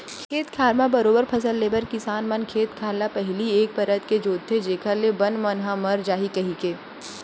खेत खार म बरोबर फसल ले बर किसान मन खेत खार ल पहिली एक परत के जोंतथे जेखर ले बन मन ह मर जाही कहिके